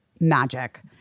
magic